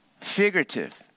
figurative